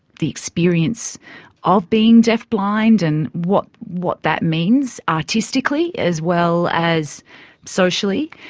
the experience of being deafblind and what, what that means artistically as well as socially.